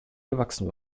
gewachsen